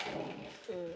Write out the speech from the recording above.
um